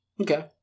okay